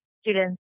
students